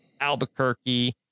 Albuquerque